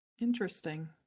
Interesting